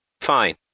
fine